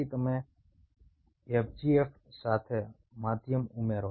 પછી તમે FGF સાથે માધ્યમ ઉમેરો